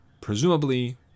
presumably